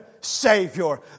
Savior